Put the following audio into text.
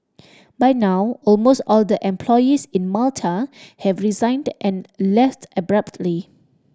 by now almost all the employees in Malta have resigned and left abruptly